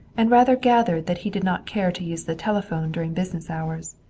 and rather gathered that he did not care to use the telephone during business hours.